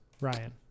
Ryan